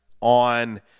on